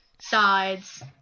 sides